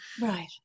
Right